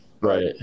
Right